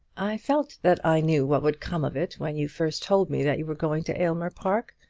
i felt that i knew what would come of it when you first told me that you were going to aylmer park.